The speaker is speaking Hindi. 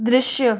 दृश्य